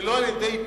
ולא על-ידי פטור,